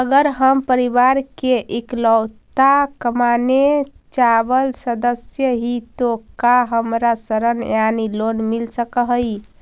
अगर हम परिवार के इकलौता कमाने चावल सदस्य ही तो का हमरा ऋण यानी लोन मिल सक हई?